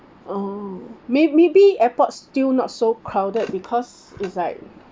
oh may~ maybe airports still not so crowded because is like